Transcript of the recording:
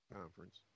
conference